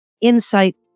insight